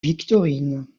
victorine